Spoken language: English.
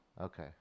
Okay